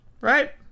Right